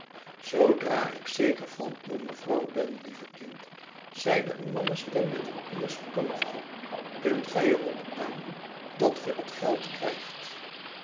zoodra ik zeker van uw mevrouw ben lieve kind zeide een mannestem met een ierschen tongval kunt gij er op aan dat ge het geld krijgt